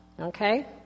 Okay